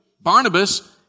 Barnabas